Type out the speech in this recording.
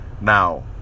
now